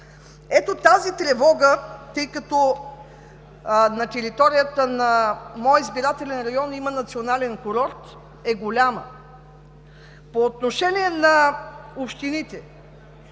Ето тази тревога, тъй като на територията на моя избирателен район има национален курорт, е голяма. По отношение на общините.